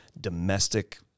domestic